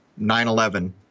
9-11